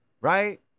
right